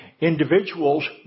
individuals